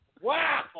Wow